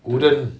wooden